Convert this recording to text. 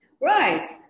Right